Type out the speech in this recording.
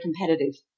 competitive